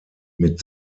mit